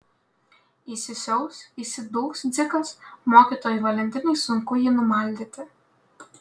įsisiaus įsidūks dzikas mokytojai valentinai sunku jį numaldyti